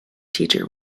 teacher